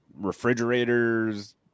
refrigerators